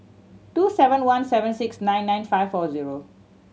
two seven one seven six nine nine five four zero